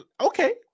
Okay